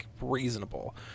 reasonable